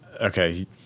Okay